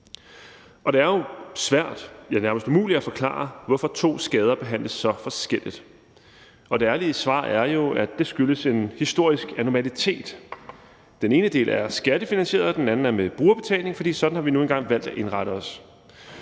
Og det er jo svært – ja, nærmest umuligt – at forklare, hvorfor to skader behandles så forskelligt. Det ærlige svar er jo, at det skyldes en historisk anormalitet; den ene del er skattefinansieret, og den anden er med brugerbetaling, for sådan har vi nu engang valgt at indrette os.